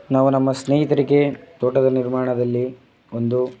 ನಾವು ನಮ್ಮ ಸ್ನೇಹಿತರಿಗೆ ತೋಟದ ನಿರ್ಮಾಣದಲ್ಲಿ ಒಂದು